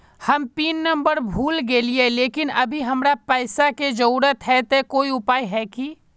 हम PIN number भूल गेलिये लेकिन अभी हमरा पैसा के जरुरत है ते कोई उपाय है की?